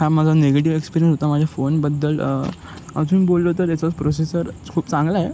हा माझा negative experience होता माझ्या फोनबद्दल अजून बोललो तर त्याचा प्रोसेसर खूप चांगलाय